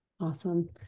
awesome